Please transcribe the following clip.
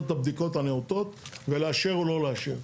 את הבדיקות הנאותות ולאשר או לא לאשר.